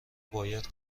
باید